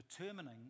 determining